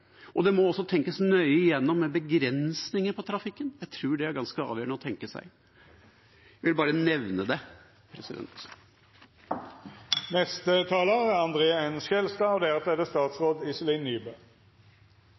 Det må også tenkes nøye gjennom begrensninger på trafikken. Jeg tror det er ganske avgjørende å tenke seg. Jeg vil bare nevne det. Først vil jeg takke saksordføreren, som har gjort en grundig jobb med saken. Det